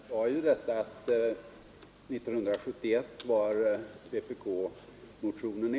Herr talman! Jag sade ju att vpk-motionen var ensam år 1971.